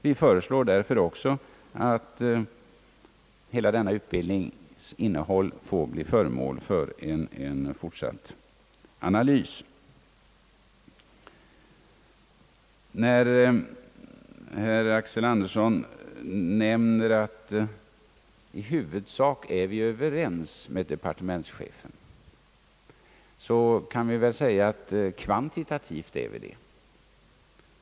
Vi föreslår därför att hela denna utbildnings innehåll får bli föremål för en fortsatt analys. Med anledning av herr Axel Anderssons yttrande att vi i huvudsak är överens med departementschefen kan jag säga, att detta är riktigt kvantitativt sett.